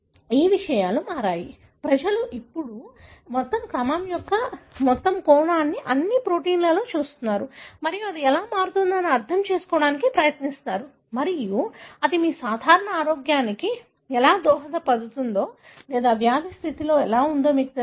ఈ విషయాలు మారాయి ప్రజలు ఇప్పుడు మొత్తం క్రమం యొక్క మొత్తం కోణాన్ని అన్ని ప్రొటీన్లను చూస్తున్నారు మరియు అది ఎలా మారుతుందో అర్థం చేసుకోవడానికి ప్రయత్నిస్తున్నారు మరియు అది మీ సాధారణ ఆరోగ్యానికి ఎలా దోహదపడుతుందో లేదా వ్యాధి స్థితిలో ఎలా ఉందో మీకు తెలుసా